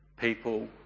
people